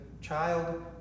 Child